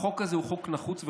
והחוק הזה הוא חוק נחוץ וחשוב.